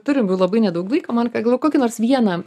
turim jau labai nedaug laiko man ką gavau kokį nors vieną